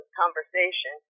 conversation